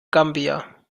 gambia